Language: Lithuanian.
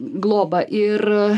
globą ir